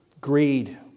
Greed